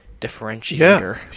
differentiator